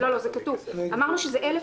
אדוני